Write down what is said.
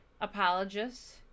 apologists